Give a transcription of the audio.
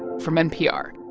from npr.